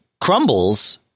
crumbles